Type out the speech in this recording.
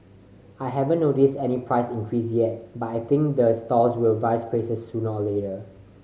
I haven't noticed any price increase yet but I think the stalls will raise prices sooner or later